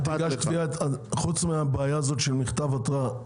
חוץ מהבעיה של מכתב ההתראה,